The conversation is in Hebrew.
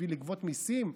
בשביל לגבות מיסים?